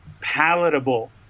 palatable